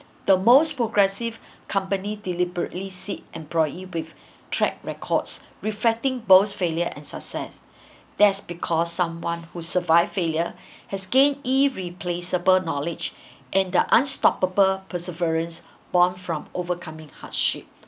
the most progressive company deliberately seek employee with track records reflecting both failure and success there's because someone who survive failure has gained irreplaceable knowledge and the unstoppable perseverance born from overcoming hardship